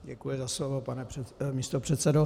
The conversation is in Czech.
Děkuji za slovo, pane místopředsedo.